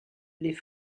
les